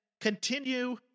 continue